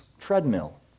treadmill